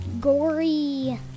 gory